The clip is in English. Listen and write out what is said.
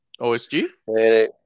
OSG